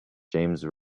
james